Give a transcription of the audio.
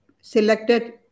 selected